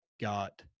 got